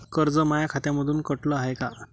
कर्ज माया खात्यामंधून कटलं हाय का?